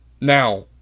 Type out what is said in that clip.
Now